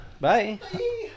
Bye